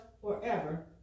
forever